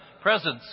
presence